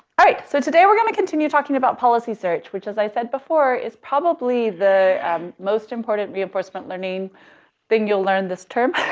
all right. so today we're going to continue talking about policy search, which as i said before, is probably the most important reinforcement learning thing you'll learn this term.